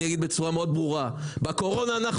אני אגיד בצורה מאוד ברורה: בקורונה אנחנו